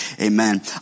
Amen